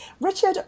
Richard